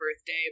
birthday